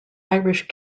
irish